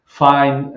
fine